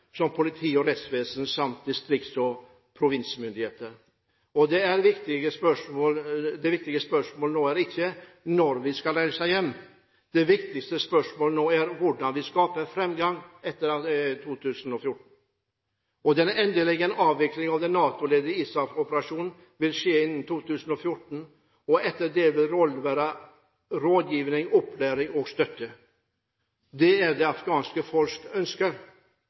som politi og rettsvesen samt distrikts- og provinsmyndigheter. Det viktigste spørsmålet nå er ikke når vi skal reise hjem, det viktigste spørsmålet nå er hvordan vi skaper framgang etter 2014. Den endelige avviklingen av den NATO-ledede ISAF-operasjonen vil skje innen utgangen av 2014. Etter det vil rollen vår være rådgivning, opplæring og støtte. Det er det afghanske folks